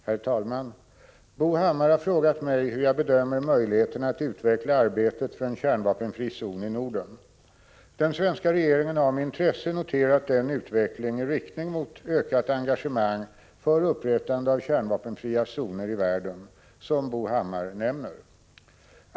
Herr talman! Bo Hammar har frågat mig hur jag bedömer möjligheterna att utveckla arbetet för en kärnvapenfri zon i Norden. Den svenska regeringen har med intresse noterat den utveckling i riktning mot ett ökat engagemang för upprättandet av kärnvapenfria zoner i världen som Bo Hammar nämner.